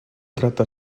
trata